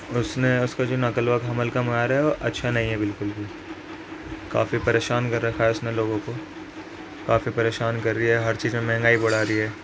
اس نے اس کے جو نقل و حمل کا معیار ہے وہ اچھا نہیں ہے بالکل بھی کافی پریشان کر رکھا ہے اس نے لوگوں کو کافی پریشان کر دیا ہر چیز میں مہنگائی بڑھا دی ہے